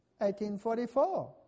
1844